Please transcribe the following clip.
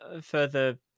further